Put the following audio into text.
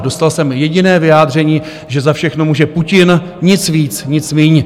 Dostal jsem jediné vyjádření, že za všechno může Putin, nic víc, nic míň.